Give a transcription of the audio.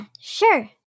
sure